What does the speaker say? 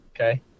Okay